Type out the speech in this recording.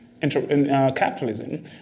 capitalism